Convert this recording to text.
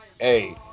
hey